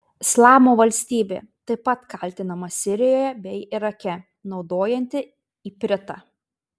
islamo valstybė taip pat kaltinama sirijoje bei irake naudojanti ipritą